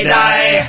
die